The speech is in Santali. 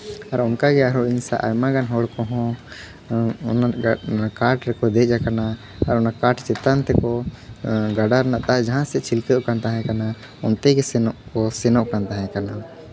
ᱟᱨ ᱦᱚᱸ ᱚᱱᱠᱟ ᱜᱮ ᱤᱧ ᱥᱟᱜ ᱟᱭᱢᱟ ᱜᱟᱱ ᱦᱚᱲ ᱠᱚᱦᱚᱸ ᱚᱱᱟ ᱠᱟᱴ ᱨᱮᱠᱚ ᱫᱮᱡ ᱟᱠᱟᱱ ᱟᱨ ᱚᱱᱟ ᱠᱟᱴ ᱪᱮᱛᱟᱱ ᱛᱮᱠᱚ ᱜᱟᱰᱟ ᱨᱮᱱᱟᱜ ᱫᱟᱜ ᱡᱟᱦᱟᱸ ᱥᱮᱡ ᱪᱷᱤᱞᱠᱟᱹᱣᱜ ᱠᱟᱱ ᱛᱟᱦᱮᱸ ᱠᱟᱱᱟ ᱚᱱᱛᱮ ᱜᱮ ᱪᱷᱤᱞᱠᱟᱹᱣ ᱚᱱᱛᱮ ᱜᱮ ᱥᱮᱱᱚᱠ ᱥᱮᱱᱚᱜ ᱠᱟᱱ ᱛᱟᱦᱮᱸ ᱠᱟᱱᱟ